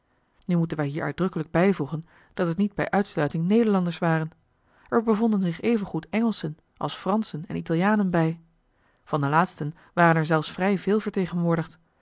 nu moeten wij hier uitdrukkelijk bijvoegen dat het niet bij uitsluiting nederlanders waren er bevonden zich even goed engelschen als franschen en italianen bij van de laatsten waren er zelfs vrij veel vertegenwoordigd